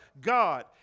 God